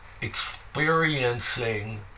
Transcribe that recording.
experiencing